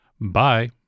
Bye